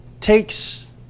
takes